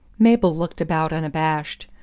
mabel looked about unabashed.